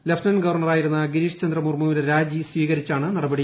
lieutenant ഗവർണറായിരുന്ന ഗിരീഷ് ചന്ദ്ര മുർമുവിന്റെ രാജി സ്വീകരിച്ചാണ് നടപടി